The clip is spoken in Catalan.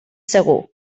segur